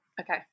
Okay